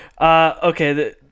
Okay